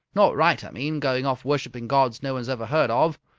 not right, i mean, going off worshipping gods no one has ever heard of!